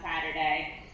Saturday